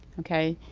okay?